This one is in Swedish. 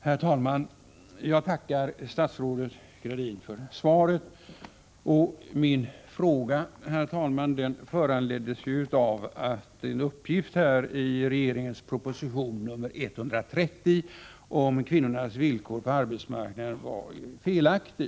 Herr talman! Jag tackar statsrådet Gradin för svaret. Min fråga, herr talman, föranleddes av att en uppgift i regeringens proposition nr 130 om kvinnornas villkor på arbetsmarknaden var felaktig.